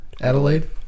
Adelaide